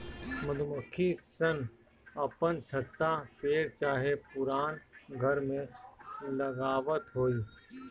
मधुमक्खी सन अपन छत्ता पेड़ चाहे पुरान घर में लगावत होई